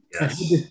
Yes